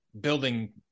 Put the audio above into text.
building